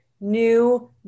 new